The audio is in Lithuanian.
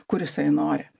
kur jisai nori